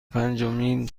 پنجمین